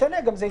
זה טוב.